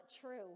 true